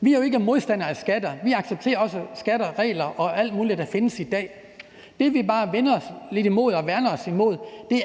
Vi er jo ikke modstandere af skatter; vi accepterer også skatter og regler og alt muligt andet, der findes i dag. Det, vi bare vender os lidt imod og værner os imod,